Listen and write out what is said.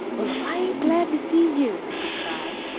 well, if i ain't glad to see you! she cried.